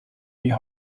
wie